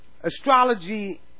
Astrology